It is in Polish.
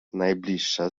najbliższa